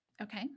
Okay